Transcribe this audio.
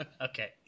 Okay